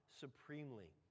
supremely